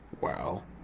Wow